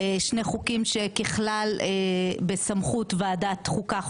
שני חוקים שככלל הם בסמכות ועדת חוקה,